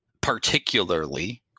particularly –